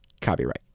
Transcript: Copyright